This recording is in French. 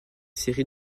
série